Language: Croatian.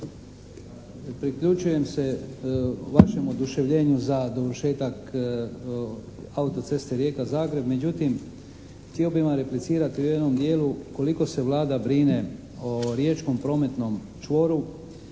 Priključujem se vašem oduševljenju za dovršetak auto-ceste Rijeka-Zagreb. Međutim, htio bi vam replicirati u jednom dijelu koliko se Vlada brine o riječkom prometnom čvoru.